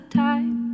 time